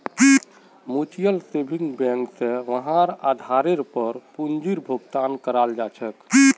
mutual saving bank स वहार आधारेर पर पूंजीर भुगतान कराल जा छेक